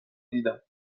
دیدم